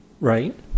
right